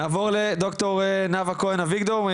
נעבור לד"ר נאווה כהן אביגדור,